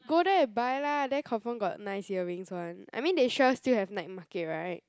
go there and buy lah there confirm got nice earrings [one] I mean they sure still have night market [right]